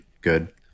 good